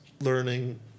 learning